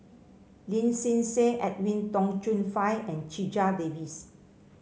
Lin Hsin Hsin Edwin Tong Chun Fai and Checha Davies